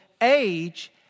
age